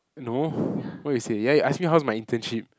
no what you say ya you ask me how's my internship